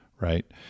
right